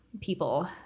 People